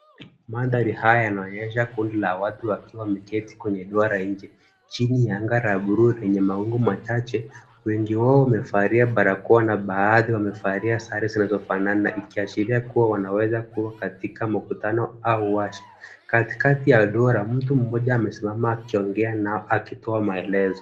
Mandhari haya yanaonyesha kundi la watu wakiwa wameketi kwenye duara nje. Chini ya anga la bluu lenye mawingu machache, wengi wao wamevalia barakoa na baadhi wamevalia sare zinazofanana, ikiashiria kuwa wanaweza kuwa katika mkutano au warsha. Katikati ya duara mtu mmoja amesimama akiongea nao, akitoa maelezo.